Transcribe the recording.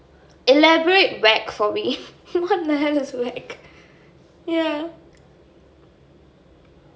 elaborate wack for me what the hell is wack